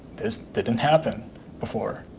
this didn't happen before.